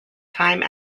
time